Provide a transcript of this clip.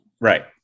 Right